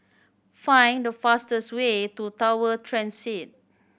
find the fastest way to Tower Transit